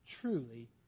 truly